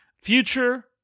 future